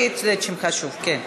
אז אני אקריא את שמך שוב, כן.